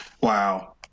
Wow